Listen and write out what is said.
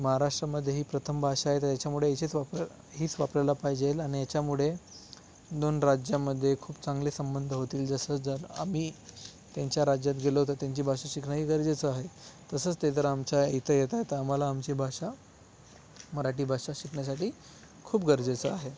महाराष्ट्रामध्ये ही प्रथम भाषा आहे त्याच्यामुळे हिचीच वापर हीच वापरायला पाहिजेल आणि ह्याच्यामुळे दोन राज्यामध्ये खूप चांगले संबंध होतील जसं जर आम्ही त्यांच्या राज्यात गेलो तर त्यांची भाषा शिकणंही गरजेचं आहे तसंच ते जर आमच्या इथं येत आहेत तर आम्हाला आमची भाषा मराठी भाषा शिकण्यासाठी खूप गरजेचं आहे